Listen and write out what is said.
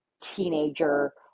teenager